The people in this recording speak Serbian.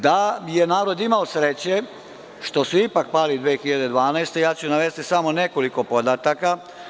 Da je narod imao sreće, što su ipak pali 2012. godine, navešću samo nekoliko podataka.